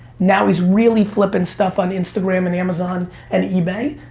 now he's really flipping stuff on instagram and amazon and ebay.